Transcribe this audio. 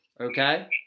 okay